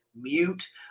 mute